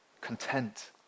content